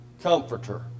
comforter